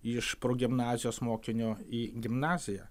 iš progimnazijos mokinio į gimnaziją